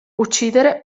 uccidere